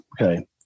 Okay